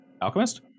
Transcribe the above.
Alchemist